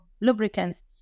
lubricants